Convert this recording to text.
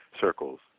circles